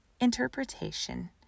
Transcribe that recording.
Interpretation